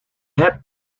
hebt